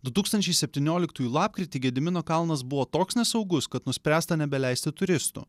du tūkstančiai septynioliktųjų lapkritį gedimino kalnas buvo toks nesaugus kad nuspręsta nebeleisti turistų